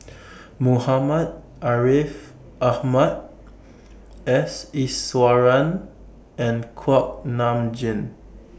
Muhammad Ariff Ahmad S Iswaran and Kuak Nam Jin